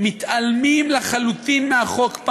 מתעלמים לחלוטין מהחוק,